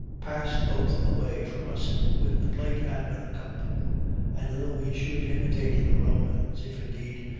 pass both away from us with the plate and the cup and though we should imitate the romans, if, indeed,